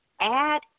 Add